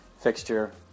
fixture